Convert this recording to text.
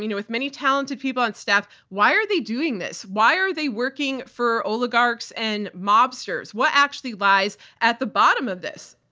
you know with many talented people on staff why are they doing this? why are they working for oligarchs and mobsters? what actually lies at the bottom of this?